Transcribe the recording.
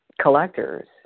collectors